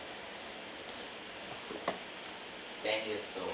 ten years old